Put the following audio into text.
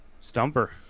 stumper